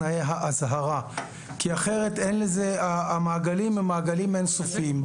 הפרת תנאי האזהרה כי אחרת המעגלים הם מעגלים אין סופיים.